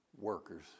workers